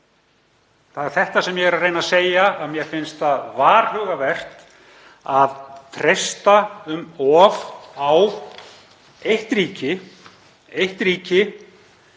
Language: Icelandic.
Það er þetta sem ég er að reyna að segja, mér finnst varhugavert að treysta um of á eitt ríki þar